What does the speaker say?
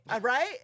right